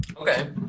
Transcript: Okay